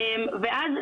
ואז,